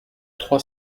trois